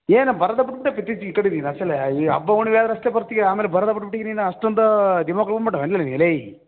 ಏನು ಬರೋದೇ ಬಿಟ್ಬುಟ್ಟೆಪ್ಪ ಇತ್ತೀಚೆಗೆ ಈ ಕಡೆ ನೀನು ಅಸಲು ಈ ಹಬ್ಬ ಹುಣ್ಣಿಮೆ ಆದ್ರೆ ಅಷ್ಟೆ ಬರ್ತೀಯ ಆಮೇಲೆ ಬರೋದೇ ಬುಟ್ಬುಟ್ಟೆ ಈಗ ನೀನು ಅಷ್ಟೊಂದು ಧಿಮಾಕು ಬಂದ್ಬಿಟ್ಟಾವೆ ಏನು ನಿನಗೆ ಲೇಯ್